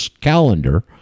calendar